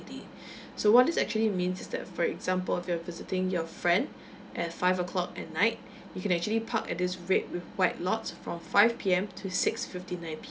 so what this actually mean is that for example if you're visiting your friend at five o'clock at night you can actually park at this red with white lots from five P_M to six fifty nine P_M